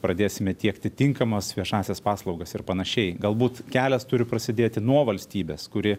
pradėsime tiekti tinkamas viešąsias paslaugas ir panašiai galbūt kelias turi prasidėti nuo valstybės kuri